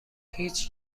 هیچ